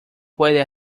puede